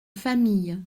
famille